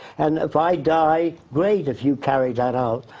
and if i die, great if you carry that out.